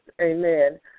amen